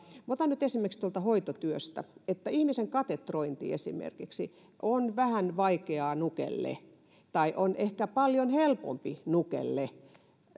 otan nyt hoitotyöstä esimerkin että ihmisen katetrointi on vähän vaikeaa nukelle tai on ehkä paljon helpompi nukelle